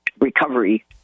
recovery